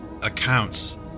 accounts